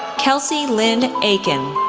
kelsie lynne akin,